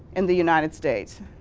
in the united states?